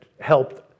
helped